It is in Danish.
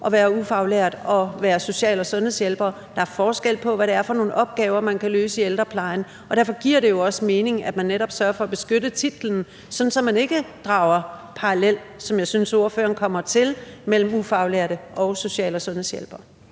at være ufaglært og at være social- og sundhedshjælper? Der er forskel på, hvilke opgaver man kan løse i ældreplejen, og derfor giver det jo også mening, at man netop sørger for at beskytte titlen, sådan at man ikke drager en parallel – som jeg synes at ordføreren kommer til – mellem ufaglærte og social- og sundhedshjælpere.